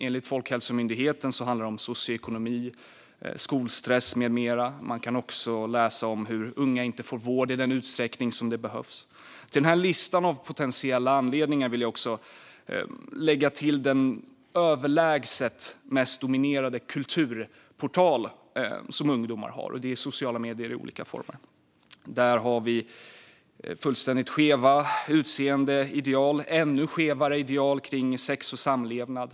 Enligt Folkhälsomyndigheten handlar det om socioekonomi, skolstress med mera. Man kan också läsa om hur unga inte får vård i den utsträckning som behövs. Till den här listan av potentiella anledningar vill jag lägga till den överlägset mest dominerande kulturportal som ungdomar har. Det är sociala medier i olika former. Där finns fullständigt skeva utseendeideal och ännu skevare ideal kring sex och samlevnad.